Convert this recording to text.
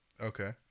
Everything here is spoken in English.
okay